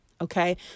okay